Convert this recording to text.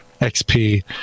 XP